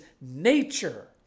nature